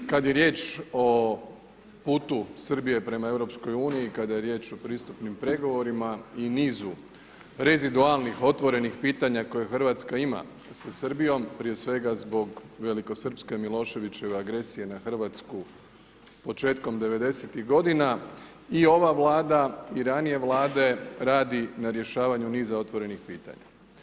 Kad je riječ o putu Srbije prema EU, kada je riječ o pristupnim pregovorima i nizu rezidualnih, otvorenih pitanja koje Hrvatska ima sa Srbijom, prije svega zbog velikosrpske Miloševićeve agresije na Hrvatsku početkom 90ih godina i ova Vlada i ranije Vlade radi na rješavanju niza otvorenih pitanja.